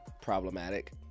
problematic